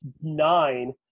nine